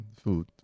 food